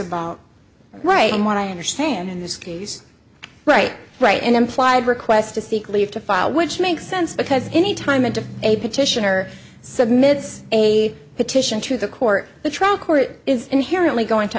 about writing what i understand in this case right right and implied requests to seek leave to file which makes sense because any time and a petitioner submits a petition to the court the trial court is inherently going to